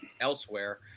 elsewhere